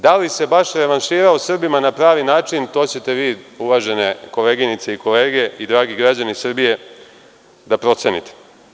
Da li se baš revanširao Srbima na pravi način, to ćete vi, uvažene koleginice i kolege i dragi građani Srbije, da procenite.